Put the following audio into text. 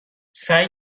سعی